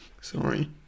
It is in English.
Sorry